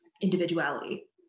individuality